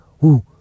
woo